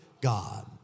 God